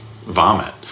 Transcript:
vomit